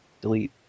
delete